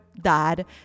dad